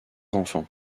enfants